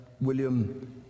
William